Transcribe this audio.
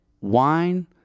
wine